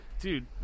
Dude